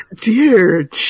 Dear